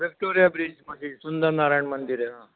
Victoria ब्रिजमध्ये सुंदनारायण मंदिर आहे ना